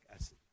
acid